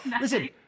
listen